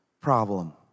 problem